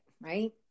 right